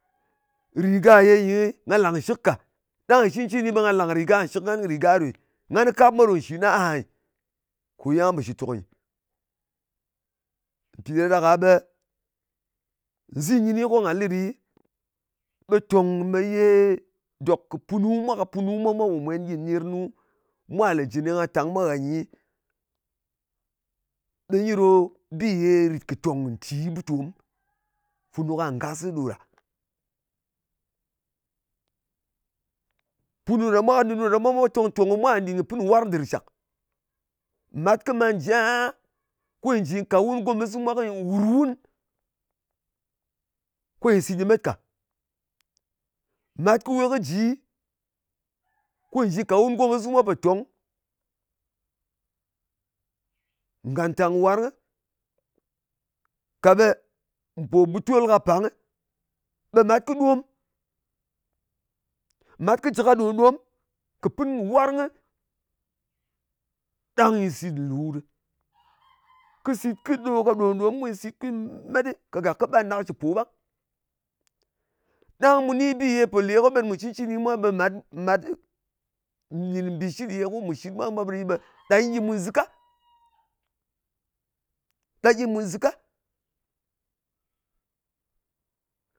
rìga ye nyi, nga làng nshɨk ka. Ɗan shɨ cɨncini ɓe nga làng rìga nshɨk. Ngan kɨ rìga ɗo nyɨ. Ngan kɨ kap mwa ɗo nshì na aha nyɨ, kò ye nga pò shìtòk nyɨ. Mpì ɗa ɗak-a ɓe nzin kɨni ko nga lɨ ɗi, ɓe tòng me ye dòk kɨ punu mwa, ka punu mwa pò mwen gyɨ ner nu, mwa lè jɨ ne ye nga tàng mwa ngha nyi, ɓe nyi ɗo bì yè rìt kɨ tòng ntì butom funu ka ngasɨ ɗo ɗa. Punu ɗa mwa, kɨ nunu ɗa mwa tòng tòng kɨ mwa nɗin kɨ pɨn kɨ warng dɨr shàk. Mat kɨ man ji aha, ko nyɨ ka wun gomɨs mwa, ko nyɨ wùr wun, ko nyɨ sit nyɨ met ka. Mat kɨ we kɨ ji ko nyɨ ka wun gomɨs mwa wu pò tong ngàntang warng, ka ɓe mpò mbùtol ka pang, ɓe mat kɨ ɗom. Mat kɨ jɨ ka dom-ɗomi, kɨ pin kɨ warngɨ ɗang nyɨ sit nlù ɗɨ. Kɨ sit. Kɨ ɗom ka ɗòm-dom ɗang nyɨ sit ko nyɨ met ɗɨ, kagàk kɨ ɓanɗak shɨ po ɓang. Ɗang mu ni bi ye pò lè kɨ met mun cɨncɨni mwa, ɓe mat, mat nɗìn mbìshit ye ko mù shit mwa mwā ɗi, ɓe ɗa nyɨ gyi mùn zɨka. Ɗa gyi mùn zɨka.